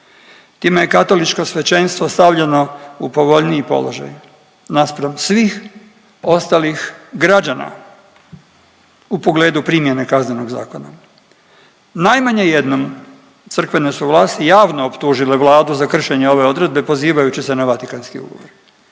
Time je katoličko svećenstvo stavljeno u povoljniji položaj naspram svih ostalih građana u pogledu primjene Kaznenog zakona. Najmanje jednom crkvene su vlasti javno optužile Vladu za kršenje ove odredbe pozivajući se na Vatikanski ugovor.